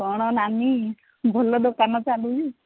କ'ଣ ନାନୀ ଭଲ ଦୋକାନ ଚାଲୁଛି